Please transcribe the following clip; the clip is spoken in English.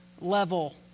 level